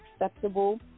acceptable